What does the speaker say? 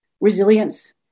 resilience